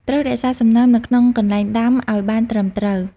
ត្រូវរក្សាសំណើមនៅក្នុងកន្លែងដាំឲ្យបានត្រឹមត្រូវ។